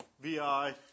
VI